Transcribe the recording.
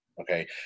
Okay